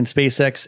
SpaceX